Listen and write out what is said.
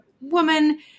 woman